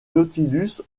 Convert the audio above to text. nautilus